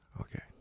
Okay